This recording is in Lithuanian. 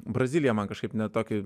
brazilija man kažkaip ne tokį